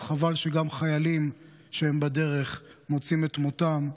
חבל שגם חיילים, שהם בדרך, מוצאים את מותם.